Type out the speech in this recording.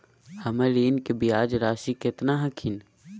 हमर ऋण के ब्याज रासी केतना हखिन?